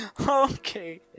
Okay